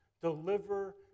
deliver